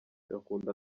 akunda